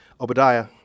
Obadiah